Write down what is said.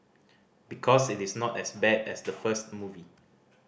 because it is not as bad as the first movie